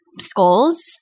skulls